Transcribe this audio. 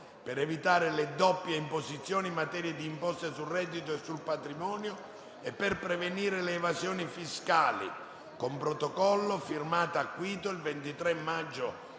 per evitare le doppie imposizioni in materia di imposte sul reddito e sul patrimonio e per prevenire le evasioni fiscali, con Protocollo, firmata a Quito il 23 maggio